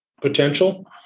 potential